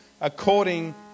according